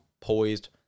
poised